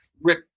Rick